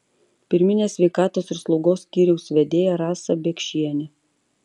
pirminės sveikatos ir slaugos skyriaus vedėja rasa biekšienė